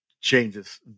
changes